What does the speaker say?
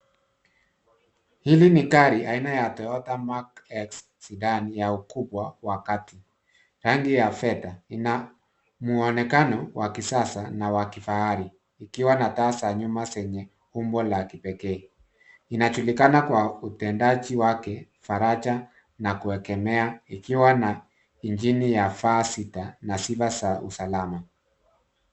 Hili ni gari aina ya toyota mark x sedan au kubwa wa kati. Rangi ya fedha ina mwonekano wa kisasa na wa kifahari ikiwa na taa za nyuma zenye umbo la kipekee. Inajulikana kwa upendaji wake faraja na kuegemea ikiwa na injini ya V sita na siba za usalama.